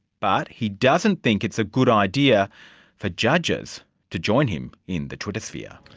but he doesn't think it's a good idea for judges to join him in the twittersphere.